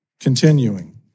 Continuing